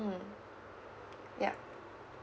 mm yup